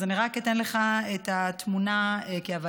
אז אני רק אתן לך את התמונה כהווייתה.